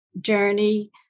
journey